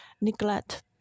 neglect